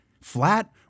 flat